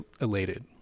elated